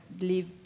leave